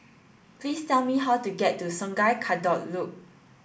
please tell me how to get to Sungei Kadut Loop